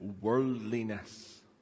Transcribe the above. worldliness